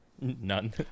none